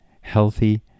healthy